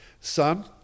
son